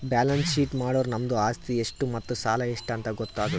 balance sheet ಮಾಡುರ್ ನಮ್ದು ಆಸ್ತಿ ಎಷ್ಟ್ ಮತ್ತ ಸಾಲ ಎಷ್ಟ್ ಅಂತ್ ಗೊತ್ತಾತುದ್